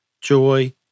joy